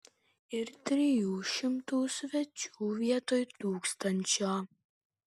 ir trijų šimtų svečių vietoj tūkstančio